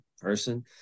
person